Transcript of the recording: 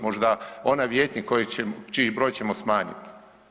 Možda onaj vijećnik čiji broj ćemo smanjit?